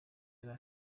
yari